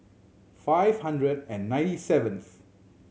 five hundred and ninety seventh